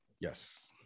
Yes